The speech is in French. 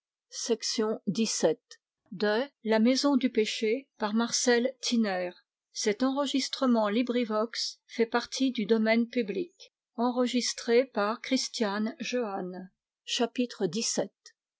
à la maison du